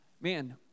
Man